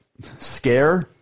scare